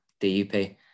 DUP